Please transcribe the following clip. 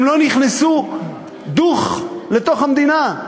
הם לא נכנסו "דוך" לתוך המדינה?